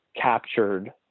captured